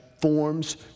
forms